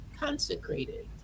consecrated